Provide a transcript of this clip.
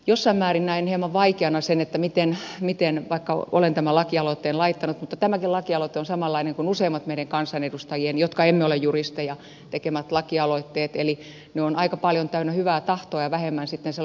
jossain määrin näen hieman vaikeana sen miten vaikka olen tämän lakialoitteen laittanut tämäkin lakialoite on samanlainen kuin useimmat meidän kansanedustajien jotka emme ole juristeja tekemät lakialoitteet eli ne ovat aika paljon täynnä hyvää tahtoa ja vähemmän sitten sellaista juridista kieltä